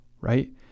right